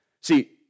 See